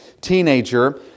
teenager